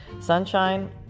sunshine